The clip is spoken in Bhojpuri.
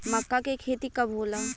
मक्का के खेती कब होला?